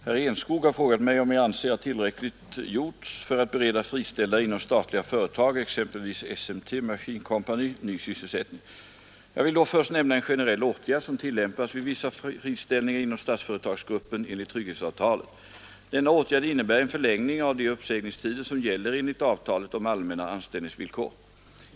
Herr talman! Herr Enskog har frågat mig om jag anser att tillräckligt gjorts för att bereda friställda inom statliga företag, exempelvis SMT Machine Co, ny sysselsättning. Jag vill då först nämna en generell åtgärd som tillämpas vid vissa friställningar inom Statsföretagsgruppen enligt trygghetsavtalet. Denna åtgärd innebär en förlängning av de uppsägningstider som gäller enligt avtalet om allmänna anställningsvillkor.